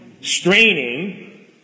straining